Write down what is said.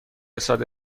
صادر